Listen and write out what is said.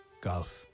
golf